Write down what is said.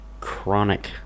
chronic